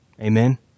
Amen